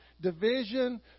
division